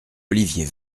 olivier